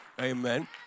amen